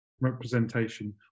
representation